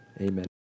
amen